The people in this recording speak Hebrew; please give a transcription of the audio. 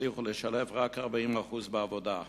הצליחו לשלב רק 40% בעבודה.